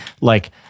like-